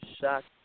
shocked